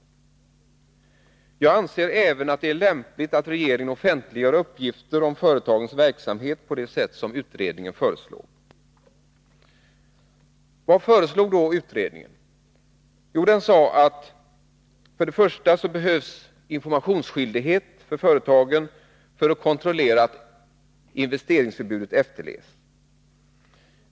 Jag anser även att det är lämpligt att regeringen offentliggör uppgifter om företagens verksamhet på det sätt som utredningen föreslår.” Vad föreslog då utredningen? Jo, den sade att först och främst behövs informationsskyldighet för företagen för att man skall kunna kontrollera att investeringsförbudet efterlevs.